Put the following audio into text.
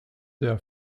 der